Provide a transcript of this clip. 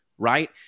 Right